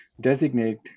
designate